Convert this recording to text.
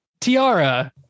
tiara